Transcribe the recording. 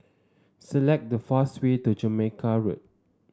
select the fastest way to Jamaica Road